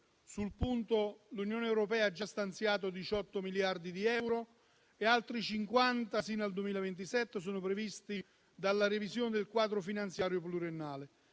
sul punto l'Unione europea ha già stanziato 18 miliardi di euro e altri 50 sino al 2027 sono previsti dalla revisione del quadro finanziario pluriennale.